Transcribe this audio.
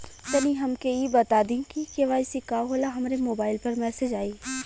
तनि हमके इ बता दीं की के.वाइ.सी का होला हमरे मोबाइल पर मैसेज आई?